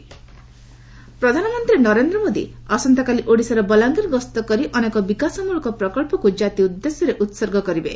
PM Odisha visit ପ୍ରଧାନମନ୍ତ୍ରୀ ନରେନ୍ଦ୍ର ମୋଦି ଆସନ୍ତାକାଲି ଓଡ଼ିଶାର ବଲାଙ୍ଗୀର ଗସ୍ତ କରି ଅନେକ ବିକାଶମଳକ ପ୍ରକଞ୍ଚକୁ ଜାତି ଉଦ୍ଦେଶ୍ୟରେ ଉତ୍ସର୍ଗ କରିବେ